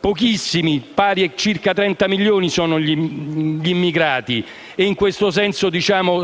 pochissimi (circa 35 milioni) sono gli immigrati, i quali